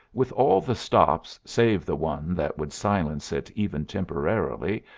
with all the stops save the one that would silence it even temporarily,